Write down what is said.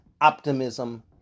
optimism